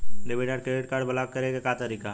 Debit या credit card block करे के का तरीका ह?